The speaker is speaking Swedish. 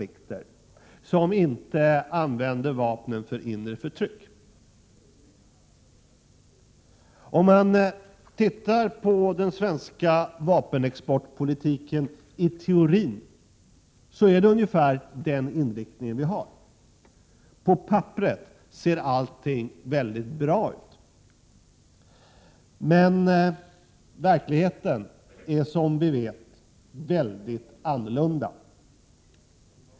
Det skall också vara länder Som inte använder vapen för inre förtryck. Om vi ser på den svenska vapenexportpolitiken i teorin, kan det sägas att den har ungefär den inriktningen. På pappret ser allt mycket bra ut, men verkligheten är som vi vet mycket annorlunda.